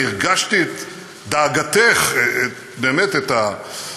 אני הרגשתי את דאגתך, באמת,